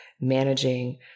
managing